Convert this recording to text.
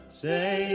say